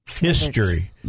history